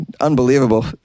Unbelievable